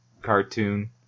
cartoon